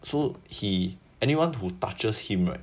so he anyone who touches him right